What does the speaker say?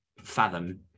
fathom